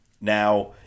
now